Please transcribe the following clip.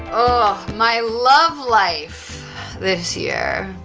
oh, my love life this year.